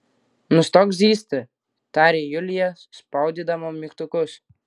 nustok zyzti tarė julija spaudydama mygtukus